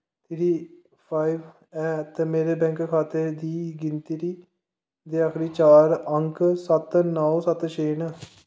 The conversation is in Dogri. त्री फाइव ऐ ते मेरे खाते दी गिनतरी दे आखरी चार अंक सत्त नौ सत्त छे न